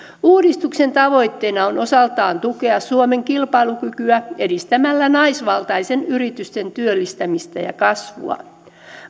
uudistuksen tavoitteena on osaltaan tukea suomen kilpailukykyä edistämällä naisvaltaisten yritysten työllistämistä ja kasvua